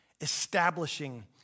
establishing